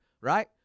right